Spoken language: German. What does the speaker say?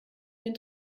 den